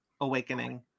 Awakening